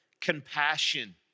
compassion